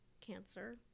cancer